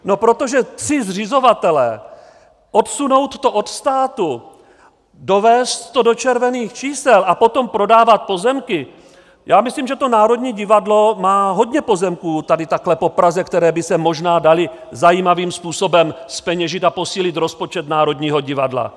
No protože tři zřizovatelé, odsunout to od státu, dovést to do červených čísel a potom prodávat pozemky, já myslím, že to Národní divadlo má hodně pozemků tady takhle po Praze, které by se možná daly zajímavým způsobem zpeněžit, a posílit rozpočet Národního divadla.